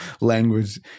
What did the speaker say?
language